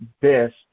best